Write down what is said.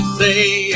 say